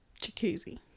Jacuzzi